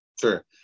Sure